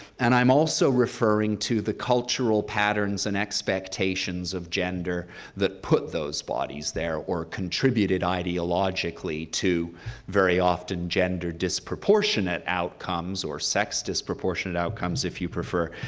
and i'm also referring to the cultural patterns and expectations of gender that put those bodies there or contributed ideologically to very often gender-disproportionate outcomes or sex-disproportionate outcomes if you prefer,